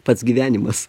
pats gyvenimas